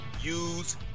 use